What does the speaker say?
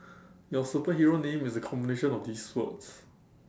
your superhero name is a combination of these words